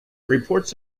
reports